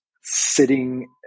sitting